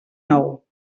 nou